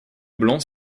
blancs